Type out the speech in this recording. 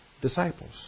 disciples